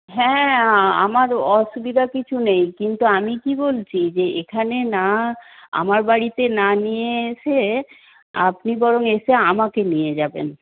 হ্যাঁ আমার অসুবিধা কিছু নেই কিন্তু আমি কী বলছি যে এখানে না আমার বাড়িতে না নিয়ে এসে আপনি বরং এসে আমাকে নিয়ে যাবেন